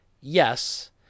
yes